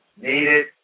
needed